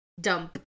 dump